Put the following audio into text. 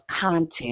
content